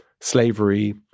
slavery